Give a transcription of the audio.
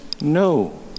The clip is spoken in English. no